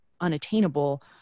unattainable